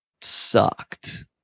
sucked